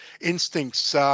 instincts